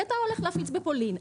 כי אתה הולך להפיץ בפולין.